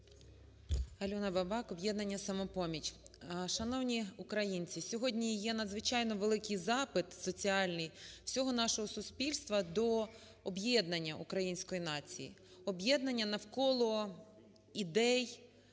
Альона Бабак, "Об'єднання "Самопоміч". Шановні українці, сьогодні є надзвичайно великий запит соціальний всього нашого суспільства до об'єднання української нації, об'єднання навколо ідей,